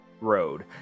road